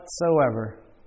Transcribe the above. whatsoever